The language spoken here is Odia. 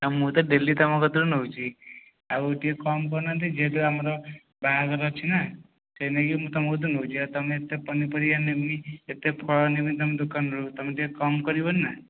ଆ ମୁଁ ତ ଡେଲି ତୁମ କତିରୁ ନେଉଛି ଆଉ ଟିକିଏ କମ୍ କରୁନାହାନ୍ତି ଯେହେତୁ ଆମର ବାହାଘର ଅଛିନା ସେଥିଲାଗି ମୁଁ ତୁମ ପାଖରୁ ନେଉଛି ଆଉ ତୁମେ ଏତେ ପନିପରିବା ନେବି ଏତେ ଫଳ ନେବି ତୁମ ଦୋକାନରୁ ତୁମେ ଟିକିଏ କମ୍ କରିବନି ନା